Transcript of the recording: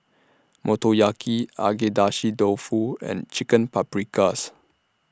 Motoyaki Agedashi Dofu and Chicken Paprikas